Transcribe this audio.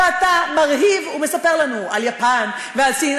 ואתה מרהיב ומספר לנו על יפן ועל סין,